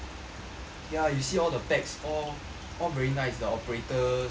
ya you see all the packs all all very nice the operators the